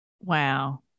Wow